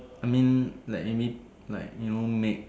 I mean like maybe like you know make